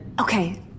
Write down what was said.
Okay